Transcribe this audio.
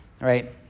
right